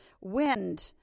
wind